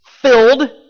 filled